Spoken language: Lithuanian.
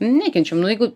nu nekenčiam nu jeigu